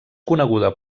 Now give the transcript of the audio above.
coneguda